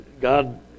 God